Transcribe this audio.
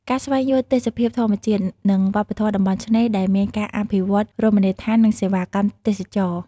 ការស្វែងយល់ទេសភាពធម្មជាតិ និងវប្បធម៌តំបន់ឆ្នេរ ដែលមានការអភិវឌ្ឍន៍រមណីយដ្ឋាន និងសេវាកម្មទេសចរណ៍។